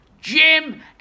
Jim